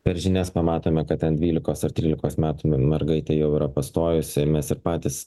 per žinias pamatome kad a dvylikos ar trylikos metų mergaitė jau yra pastojusi ir mes patys